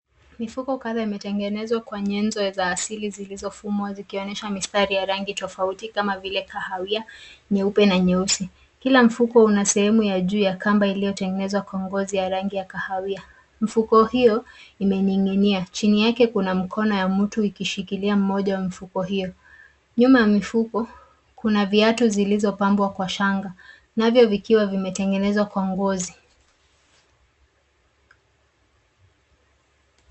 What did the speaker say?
Mifuko kadhaa zimetengenezwa kwa nyenzo za asili zilizofumwa zikionyesha mistari ya rangi tofauti kama vile kahawia, nyeupe na nyeusi. Kila mfuko una sehemu ya juu ya kamba iliyotengenezwa kwa ngozi ya rangi ya kahawia. Mfuko hio imeninginia. Chini yake kuna mkono ya mtu ikishikilia mmoja wa mifuko hio. Nyuma ya mifuko kuna viatu zilizopambwa kwa shanga, navyo vikiwa vimetengenezwa kwa ngozi.